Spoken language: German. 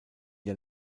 der